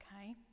Okay